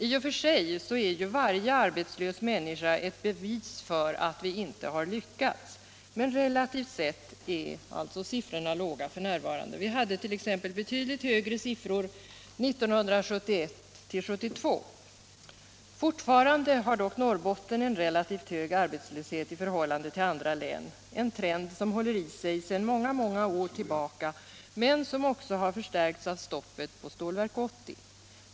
I och för sig är ju varje arbetslös människa ett bevis för att vi inte lyckats. Men relativt sett är arbetslöshetssiffrorna låga f.n. Vi hade t.ex. betydligt högre siffror 1971-1972. Fortfarande har dock Norrbotten en relativt hög arbetslöshet i förhållande till andra län — en trend som håller i sig sedan många år tillbaka men som också förstärkts av stoppet av Stålverk 80.